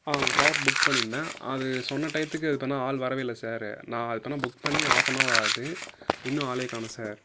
ஆ cab book பண்ணியிருந்தேன் அது சொன்ன டைத்துக்கு அதுபேர்ன்னா ஆள் வரவே இல்லை சார் நான் அதுபேர்ன்னா புக் பண்ணி ஆஃப்பனவர் ஆகுது இன்னும் ஆளையே காணோம் சார்